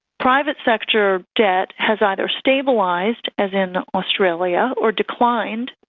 private sector debt has either stabilised, as in australia, or declined,